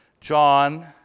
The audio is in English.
John